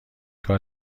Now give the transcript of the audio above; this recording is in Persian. کار